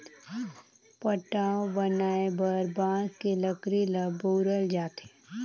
पटाव बनाये बर बांस के लकरी ल बउरल जाथे